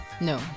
No